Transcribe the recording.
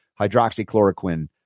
hydroxychloroquine